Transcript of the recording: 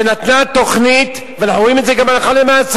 נתנה תוכנית, ואנחנו רואים את זה גם הלכה למעשה.